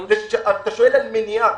אתה שואל על מניעה.